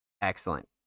Excellent